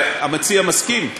המציע מסכים?